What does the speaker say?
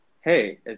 hey